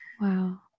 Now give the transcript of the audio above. Wow